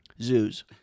Zoos